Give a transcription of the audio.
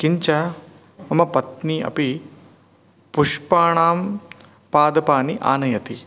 किञ्च मम पत्नी अपि पुष्पाणां पादपानि आनयति